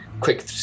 Quick